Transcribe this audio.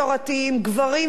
גברים ונשים,